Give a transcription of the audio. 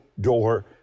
door